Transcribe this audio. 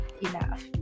enough